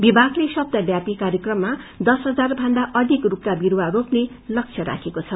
विभागले सप्ताह व्यपि कार्यक्रममा दश हजार भन्दा अधिक स्रखका विस्वा रोप्ने लक्षय राखेको छ